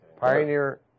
Pioneer